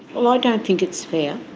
well, i don't think it's fair.